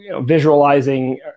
visualizing